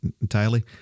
entirely